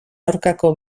aurkako